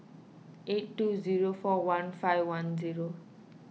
eight two zero four one five one zero